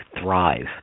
thrive